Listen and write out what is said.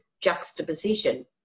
juxtaposition